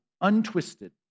untwisted